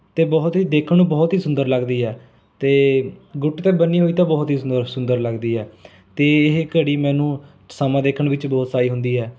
ਅਤੇ ਬਹੁਤ ਹੀ ਦੇਖਣ ਨੂੰ ਬਹੁਤ ਹੀ ਸੁੰਦਰ ਲੱਗਦੀ ਹੈ ਅਤੇ ਗੁੱਟ 'ਤੇ ਬੰਨ੍ਹੀ ਹੋਈ ਤਾਂ ਬਹੁਤ ਹੀ ਸੁੰਦਰ ਸੁੰਦਰ ਲੱਗਦੀ ਹੈ ਅਤੇ ਇਹ ਘੜੀ ਮੈਨੂੰ ਸਮਾਂ ਦੇਖਣ ਵਿੱਚ ਬਹੁਤ ਸਹਾਈ ਹੁੰਦੀ ਹੈ